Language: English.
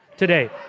today